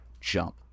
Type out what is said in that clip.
jump